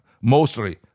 mostly